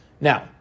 Now